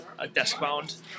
Deskbound